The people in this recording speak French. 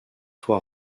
toi